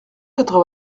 quatre